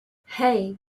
hey